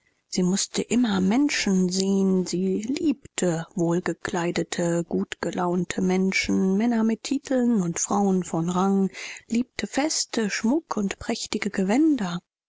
sie mußte immer menschen sehen sie liebte wohlgekleidete gutgelaunte menschen männer mit titeln und frauen von rang liebte feste schmuck und prächtige gewänder